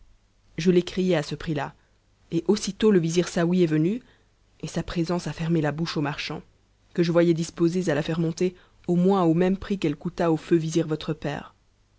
je l'ai criée à ce prix-là et aussitôt le vizir saouy est venu et sa présence a fermé la bouche aux marchands que je voyais disposés à la faire monter au moins au même prix qu'elle coûta au feu vizir votre père